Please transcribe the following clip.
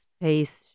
space